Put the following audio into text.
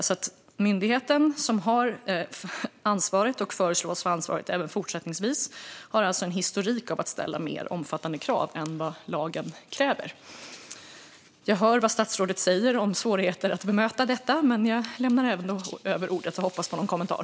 Den myndighet som har ansvaret och föreslås få ansvaret även fortsättningsvis har alltså en historik av att ställa mer omfattande krav än vad lagen kräver. Jag hör vad statsrådet säger om svårigheter att bemöta detta, men jag lämnar ändå över ordet och hoppas på en kommentar.